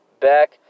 back